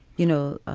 you know,